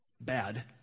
bad